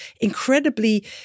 incredibly